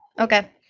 Okay